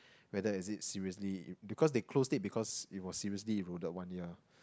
whether has it seriously because they closed it because it was seriously in one year